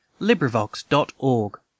LibriVox.org